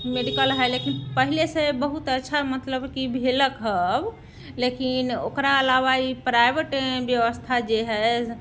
medical हइ लेकिन पहिले से बहुत अच्छा मतलब की भेलक हँ अब लेकिन ओकरा अलावा ई प्राइवेट व्यवस्था जे हय